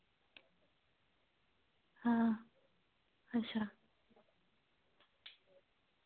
हां अच्छा